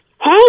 Hey